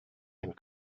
and